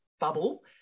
bubble